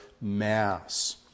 mass